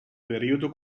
periodo